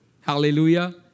Hallelujah